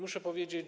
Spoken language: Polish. Muszę powiedzieć.